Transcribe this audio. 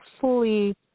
fully